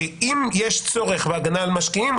אם יש צורך בהגנה על משקיעים,